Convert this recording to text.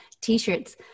T-shirts